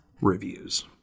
reviews